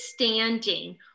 understanding